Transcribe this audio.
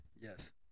Yes